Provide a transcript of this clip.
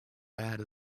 bad